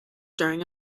during